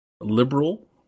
liberal